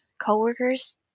co-workers